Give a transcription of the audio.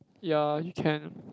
ya you can